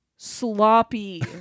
Sloppy